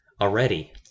already